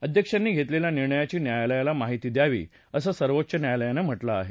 अध्यक्षांनी घेतलेल्या निर्णयाची न्यायालयाला माहिती द्यावी असं सर्वोच्च न्यायालयानं म्हटलं आहे